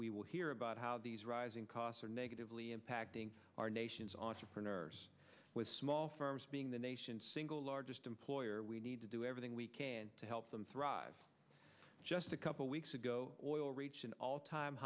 we will hear about how these rising costs are negatively impacting our nation's on your printer with small farms being the nation single largest employer we need to do everything we can to help them thrive just a couple weeks ago oil reach an all time